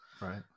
Right